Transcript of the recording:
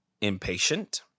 impatient